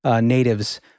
natives